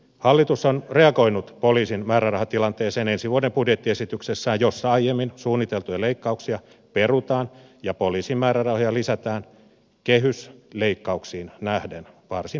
hallitus on reagoinut poliisin määrärahatilanteeseen ensi vuoden budjettiesityksessään jossa aiemmin suunniteltuja leikkauksia perutaan ja poliisin määrärahoja lisätään kehysleikkauksiin nähden varsin mittavasti